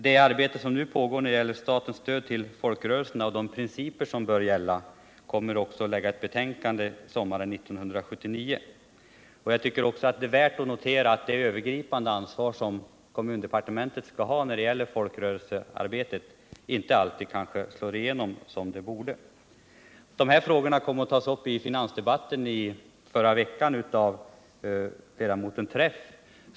Det arbete som nu pågår i vad avser statens stöd till folkrörelserna och principerna härför är avsett att ligga till grund för ett betänkande, som kommer att framläggas sommaren 1979. Jag tycker också att det är värt att notera, att det övergripande ansvar som kommundepartementet skall ha när det gäller folkrörelsearbetet kanske inte alltid slår igenom som det borde. Dessa frågor kom att tas upp av Sven-Olov Träff i förra veckans finansdebatt.